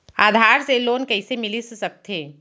आधार से लोन कइसे मिलिस सकथे?